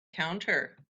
counter